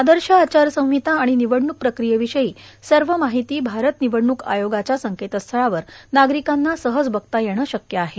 आदर्श आचारसंहिता आणि निवडणूक प्रक्रियेविषयी सर्व माहिती भारत निवडणूक आयोगाच्या संकेतस्थळावर नागरिकांना सहज बघता येणे शक्य आहे